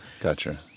Gotcha